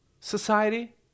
society